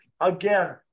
again